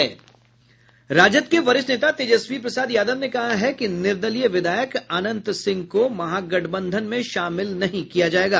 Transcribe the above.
राजद के वरिष्ठ नेता तेजस्वी प्रसाद यादव ने कहा है कि निर्दलीय विधायक अनंत सिंह को महागठबंधन में शामिल नहीं किया जायेगा